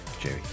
Jerry